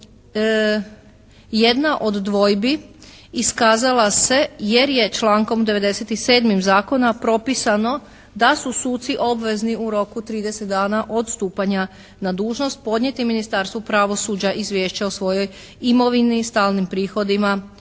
jedna od dvojbi iskazala se jer je člankom 97. zakona propisano da su suci obvezni u roku 30 dana od stupanja na dužnost podnijeti Ministarstvu pravosuđa izvješće o svojoj imovini, stalnim prihodima, imovini